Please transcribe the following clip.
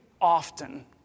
often